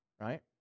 right